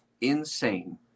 Insane